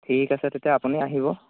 ঠিক আছে তেতিয়া আপুনি আহিব